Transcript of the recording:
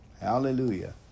Hallelujah